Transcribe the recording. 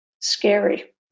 Scary